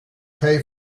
pay